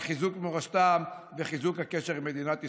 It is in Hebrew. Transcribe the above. על חיזוק מורשתם וחיזוק הקשר עם מדינת ישראל.